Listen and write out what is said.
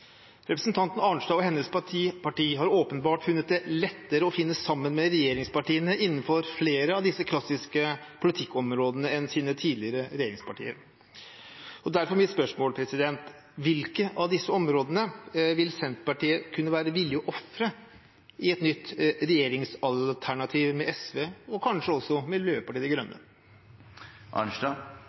Representanten Arnstad og hennes parti har åpenbart funnet det lettere å finne sammen med regjeringspartiene innenfor flere av disse klassiske politikkområdene, enn med sine tidligere regjeringspartnere. Derfor er mitt spørsmål: Hvilke av disse områdene vil Senterpartiet kunne være villig til å ofre i et nytt regjeringsalternativ med SV og kanskje også Miljøpartiet De Grønne?